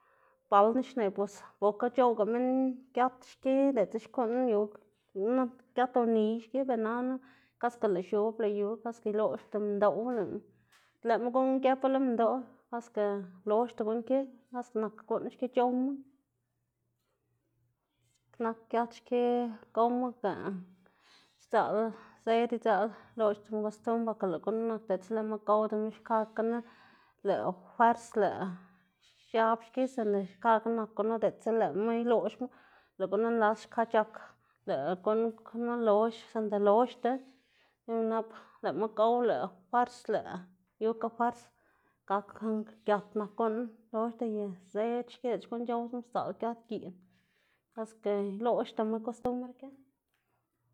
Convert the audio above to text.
Balná xneꞌ bos bokga c̲h̲oꞌwga minn giat xki diꞌltsa xkuꞌn yu nak giat uniy xki ber nana kaske lëꞌ x̱ob lëꞌ yu kaske iloꞌxda minndoꞌwu lëꞌma gëpu lo minndoꞌ, kaske loxda guꞌn ki kaske nak guꞌn xki c̲h̲owma, x̱iꞌk nak giat xki gowma gaꞌ sdzaꞌl zëd idzaꞌl iloꞌxdama kostumbr porke lëꞌ gunu nak diꞌltsa lëꞌma gowdama xkakgana lëꞌ fwers lëꞌ xiab xki sinda xkakga nak gunu diꞌltsa lëꞌma iloꞌxma, lëꞌ gunu nlas xka c̲h̲ak lëꞌ guꞌn knu lox sinda loxda y nap lëꞌma gow lëꞌ fwers lëꞌ yukga fwers, gak giat nak guꞌn loxda y zëd xki diꞌltsa xkun c̲h̲owsama sdzaꞌl giat, giꞌn, kaske iloꞌxdama kostumbr ki.